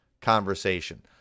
conversation